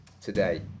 today